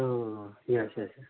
oh yes yes